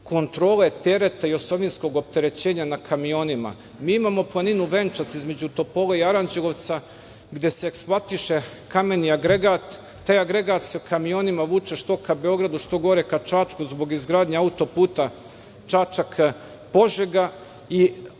kontrole tereta i osovinskog opterećenja na kamionima. Mi imamo planinu Venčac između Topole i Aranđelovca gde se eksploatiše kameni agregat. Taj agregat se kamionima vuče što ka Beogradu, što gore ka Čačku zbog izgradnje auto-puta Čačak – Požega.